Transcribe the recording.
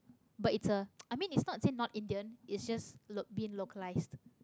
but it's a i mean it's not say not indian it's just l~ been localised